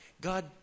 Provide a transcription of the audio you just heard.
God